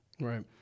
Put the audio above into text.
Right